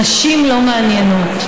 נשים לא מעניינות,